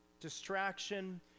distraction